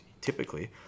typically